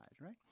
right